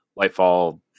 Lightfall